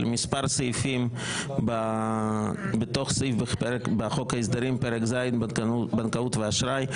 על מספר סעיפים בתוך סעיף בחוק ההסדרים פרק ז בנקאות ואשראי.